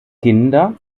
kinder